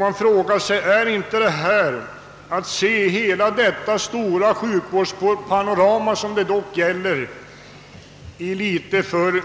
Innebär inte detta att man ser hela detta stora sjukvårdspanorama ur en